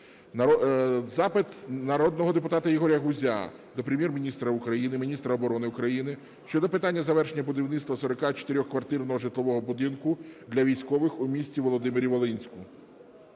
Запит народного депутата Ігоря Гузя до Прем'єр-міністра України, міністра оборони України щодо питання завершення будівництва 44-квартирного житлового будинку для військових у місті Володимирі-Волинську.